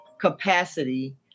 capacity